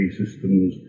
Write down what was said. systems